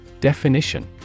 Definition